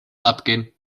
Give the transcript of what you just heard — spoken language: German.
abgehen